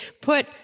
put